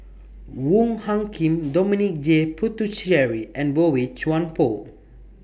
Wong Hung Khim Dominic J Puthucheary and Boey Chuan Poh